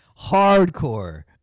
Hardcore